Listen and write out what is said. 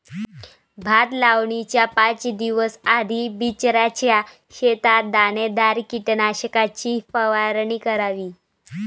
भात लावणीच्या पाच दिवस आधी बिचऱ्याच्या शेतात दाणेदार कीटकनाशकाची फवारणी करावी